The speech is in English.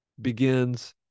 begins